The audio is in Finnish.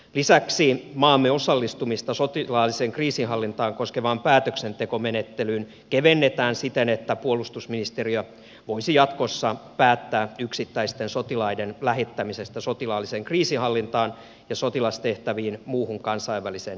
lisäksi maamme osallistumista sotilaalliseen kriisinhallintaan koskevaan päätöksentekomenettelyyn kevennetään siten että puolustusministeriö voisi jatkossa päättää yksittäisten sotilaiden lähettämisestä sotilaalliseen kriisinhallintaan ja sotilastehtäviin muuhun kansainväliseen kriisinhallintaan